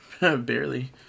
Barely